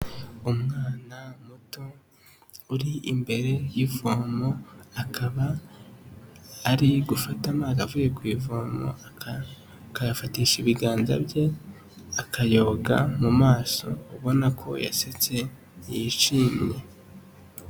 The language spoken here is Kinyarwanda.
Umwana muto uri imbere y'ivomo akaba ari gufata amazi avuye ku ivoma akayafatisha ibiganza bye akayoga mu maso ubona ko yasetse yishimye.